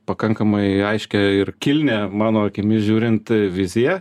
pakankamai aiškią ir kilnią mano akimis žiūrint viziją